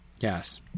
Yes